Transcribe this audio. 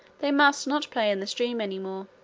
they must not play in the stream any more